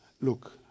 Look